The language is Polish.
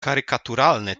karykaturalne